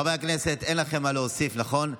חברי הכנסת, אין להם מה להוסיף, נכון?